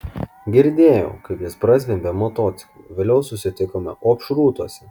girdėjau kaip jis prazvimbė motociklu vėliau susitikome opšrūtuose